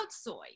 soy